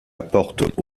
apporte